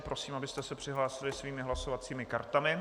Prosím, abyste se přihlásili svými hlasovacími kartami.